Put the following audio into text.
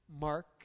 Mark